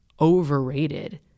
overrated